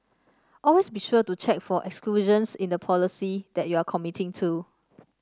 always be sure to check for exclusions in the policy that you are committing to